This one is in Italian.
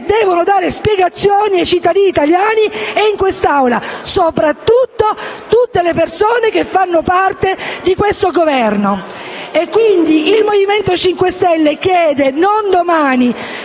devono dare spiegazioni ai cittadini italiani e a questa Assemblea e, soprattutto, tutte persone che fanno parte di questo Governo. Quindi, il Movimento 5 Stelle chiede - non domani,